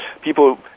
people